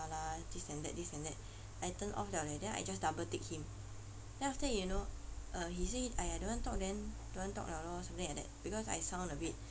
lah this and that this and that I turn off liao eh then I just double tick him then after that you know um he say !aiya! don't want to talk then don't want to talk liao lor something like that because I sound a bit